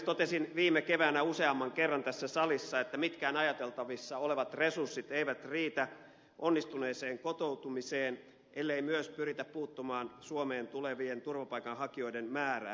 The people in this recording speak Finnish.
totesin viime keväänä useamman kerran tässä salissa että mitkään ajateltavissa olevat resurssit eivät riitä onnistuneeseen kotoutumiseen ellei myös pyritä puuttumaan suomeen tulevien turvapaikanhakijoiden määrään